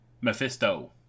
Mephisto